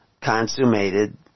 consummated